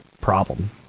problem